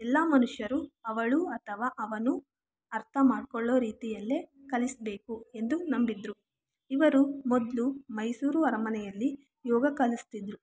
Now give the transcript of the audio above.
ಎಲ್ಲ ಮನುಷ್ಯರು ಅವಳು ಅಥವಾ ಅವನು ಅರ್ಥಮಾಡಿಕೊಳ್ಳೋ ರೀತಿಯಲ್ಲೇ ಕಲಿಸಬೇಕು ಎಂದು ನಂಬಿದ್ರು ಇವರು ಮೊದಲು ಮೈಸೂರು ಅರಮನೆಯಲ್ಲಿ ಯೋಗ ಕಲಿಸ್ತಿದ್ರು